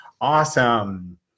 Awesome